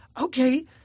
Okay